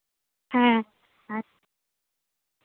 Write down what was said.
ᱦᱮᱸ ᱟᱪᱪᱷᱟ